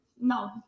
no